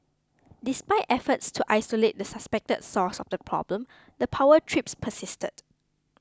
despite efforts to isolate the suspected source of the problem the power trips persisted